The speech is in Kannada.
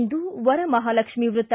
ಇಂದು ವರಮಹಾಲಕ್ಷ್ಮೀ ವ್ರತ